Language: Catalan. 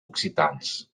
occitans